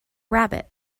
rabbit